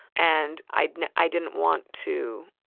and i didn't i didn't want to